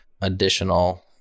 additional